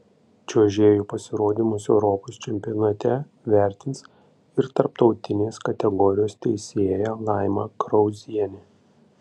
čiuožėjų pasirodymus europos čempionate vertins ir tarptautinės kategorijos teisėja laima krauzienė